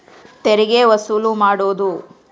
ತೆರಿಗೆ ವಸೂಲು ಮಾಡೋದು